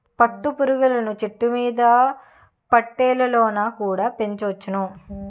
పట్టు పురుగులను చెట్టుమీద పెట్టెలలోన కుడా పెంచొచ్చును